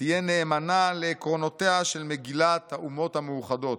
ותהיה נאמנה לעקרונותיה של מגילת האומות המאוחדות.